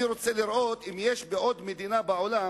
אני רוצה לראות אם יש עוד מדינה בעולם